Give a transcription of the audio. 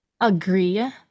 agree